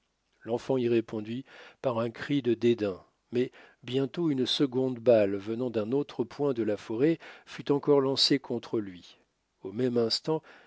l'enfant y répondit par un cri de dédain mais bientôt une seconde balle venant d'un autre point de la forêt fut encore lancée contre lui au même instant